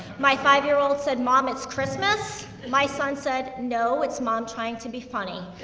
my five year old said, mom, it's christmas? my son said, no, it's mom trying to be funny.